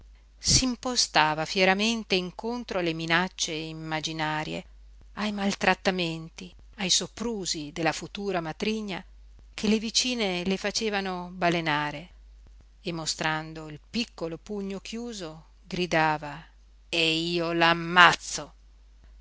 rabbiose scrollatine s'impostava fieramente incontro alle minacce immaginarie ai maltrattamenti ai soprusi della futura matrigna che le vicine le facevano balenare e mostrando il piccolo pugno chiuso gridava e io